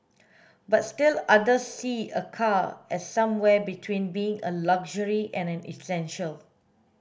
but still others see a car as somewhere between being a luxury and an essential